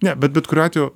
ne bet bet kuriuo atveju